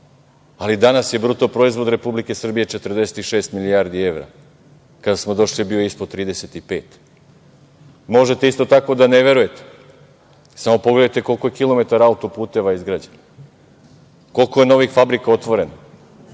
ali danas je BDP Republike Srbije 46 milijardi evra. Kada smo došli bio je ispod 35.Možete isto tako da ne verujete, samo pogledajte koliko je kilometara auto-puteva izgrađeno, koliko je novih fabrika otvoreno.